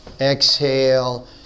exhale